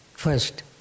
First